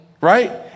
right